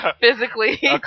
physically